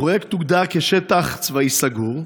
הפרויקט הוגדר כשטח צבאי סגור.